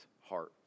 heart